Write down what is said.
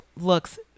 looks